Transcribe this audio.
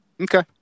okay